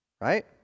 right